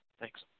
Thanks